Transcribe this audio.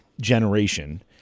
generation